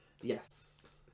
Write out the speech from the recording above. Yes